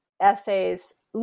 essays